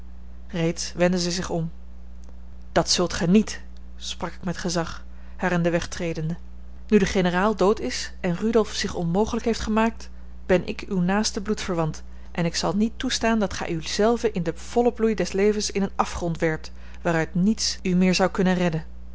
wendde zij zich om dat zult gij niet sprak ik met gezag haar in den weg tredende nu de generaal dood is en rudolf zich onmogelijk heeft gemaakt ben ik uw naaste bloedverwant en ik zal niet toestaan dat gij u zelve in den vollen bloei des levens in een afgrond werpt waaruit niets u meer zou kunnen redden